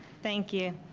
thank you.